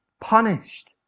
Punished